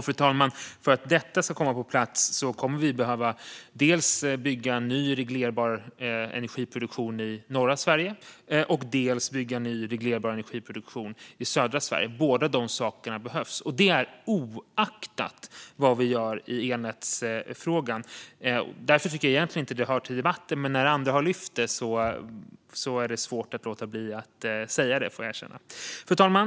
För att detta ska komma på plats kommer vi att behöva bygga ny, reglerbar energiproduktion både i norra Sverige och i södra Sverige. Båda delarna behövs, oavsett vad vi gör i elnätsfrågan. Därför tycker jag alltså att detta egentligen inte hör till debatten i det här ärendet, men eftersom andra har tagit upp det är det svårt att inte säga hur det ligger till, får jag erkänna. Fru talman!